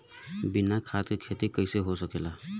बिना खाद के खेती कइसे हो सकेला?